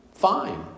Fine